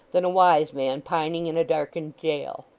than a wise man pining in a darkened jail!